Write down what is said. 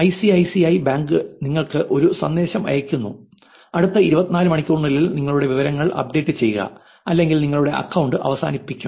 ICICI ബാങ്കുകൾ നിങ്ങൾക്ക് ഒരു സന്ദേശം അയയ്ക്കുന്നു അടുത്ത 24 മണിക്കൂറിനുള്ളിൽ നിങ്ങളുടെ വിവരങ്ങൾ അപ്ഡേറ്റ് ചെയ്യുക അല്ലെങ്കിൽ നിങ്ങളുടെ അക്കൌണ്ട് അവസാനിപ്പിക്കും